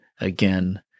again